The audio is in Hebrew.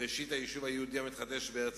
ראשית היישוב היהודי המתחדש בארץ-ישראל,